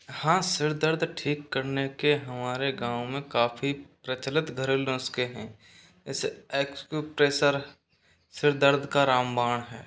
हाँ सिर दर्द ठीक करने के हमारे गांव में काफ़ी प्रचलित घरेलू नुस्खे है जैसे एक्सक्यूबप्रेशर सिर दर्द का रामबाण है